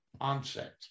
onset